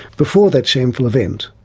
before that shameful event,